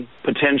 potential